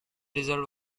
result